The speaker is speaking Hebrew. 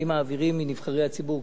האם מעבירים מנבחרי הציבור,